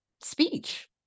speech